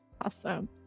awesome